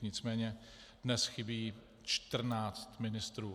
Nicméně dnes chybí 14 ministrů.